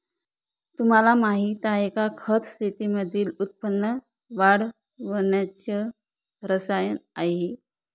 तुम्हाला माहिती आहे का? खत शेतीमधील उत्पन्न वाढवण्याच रसायन आहे